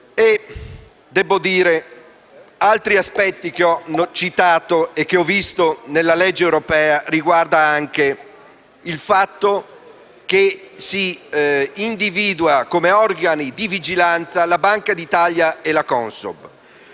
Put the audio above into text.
un danno enorme. Altri punti, che ho già citato e che ho riscontrato nella legge europea, riguardano anche il fatto che si individuano come organi di vigilanza la Banca d'Italia e la Consob.